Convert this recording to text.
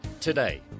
today